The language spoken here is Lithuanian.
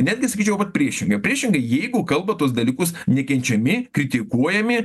netgi sakyčiau vat priešingai o priešingai jeigu kalba tuos dalykus nekenčiami kritikuojami